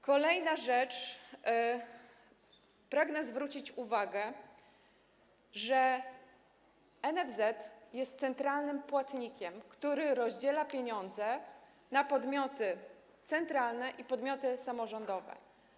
Kolejna rzecz: pragnę zwrócić uwagę, że NFZ jest centralnym płatnikiem, który rozdziela pieniądze na podmioty centralne i podmioty samorządowe.